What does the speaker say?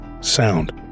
sound